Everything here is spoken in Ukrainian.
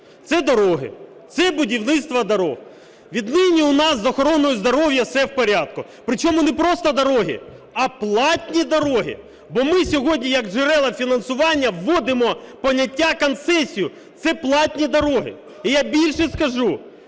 це дороги, це будівництво доріг. Віднині у нас з охороною здоров'я все в порядку. Причому не просто дороги, а платні дороги. Бо ми сьогодні як джерела фінансування вводимо поняття "концесії" – це платні дороги. І я більше скажу,